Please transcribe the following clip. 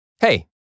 Hey